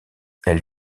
elle